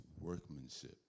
workmanship